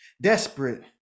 Desperate